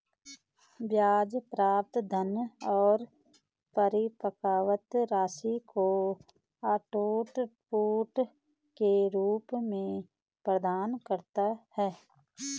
ब्याज प्राप्त धन और परिपक्वता राशि को आउटपुट के रूप में प्रदान करता है